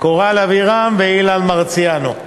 קורל אבירם ואילן מרסיאנו.